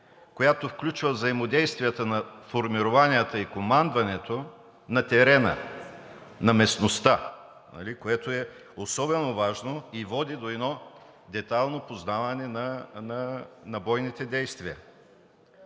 която включва взаимодействията на формированията и командването на терена, на местността, което е особено важно и води до детайлно познаване на бойните действия.